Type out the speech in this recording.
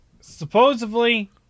supposedly